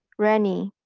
rennie,